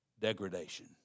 degradation